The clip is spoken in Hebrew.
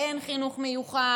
אין חינוך מיוחד,